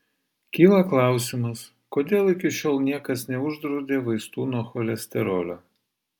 kyla klausimas kodėl iki šiol niekas neuždraudė vaistų nuo cholesterolio